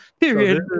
period